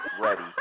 ready